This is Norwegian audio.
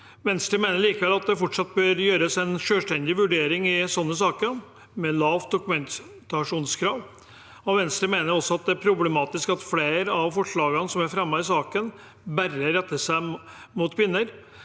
Venstre mener likevel at det fortsatt bør gjøres en selvstendig vurdering med lavt dokumentasjonskrav i sånne saker. Venstre mener også det er problematisk at flere av forslagene som er fremmet i saken, bare retter seg mot kvinner.